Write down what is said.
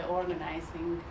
organizing